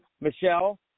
Michelle